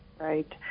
Right